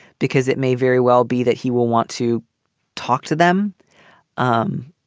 because it may very well be that he will want to talk to them um